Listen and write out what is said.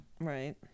right